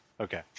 Okay